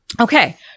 Okay